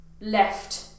left